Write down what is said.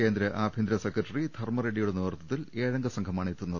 കേന്ദ്ര ആഭ്യന്തര സെക്രട്ടറി ധർമ്മ റെഡ്ഡിയുടെ നേതൃത്വത്തിൽ ഏഴംഗ സംഘമാണ് എത്തുന്നത്